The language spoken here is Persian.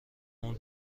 اون